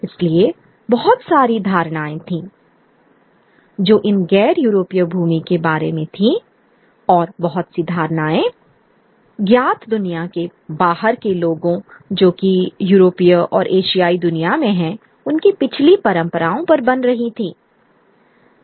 इसलिए बहुत सारी धारणाएँ थीं जो इन गैर यूरोपीय भूमि के बारे में थीं और बहुत सी धारणाएँ ज्ञात दुनिया के बाहर के लोगों जो कि यूरोपीय और एशियाई दुनिया मेें हैं उनकी पिछली परंपराओं पर बन रही थीं